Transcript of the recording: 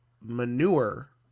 manure